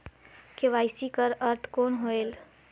KYC कर अर्थ कौन होएल?